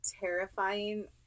terrifying